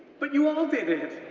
but you all did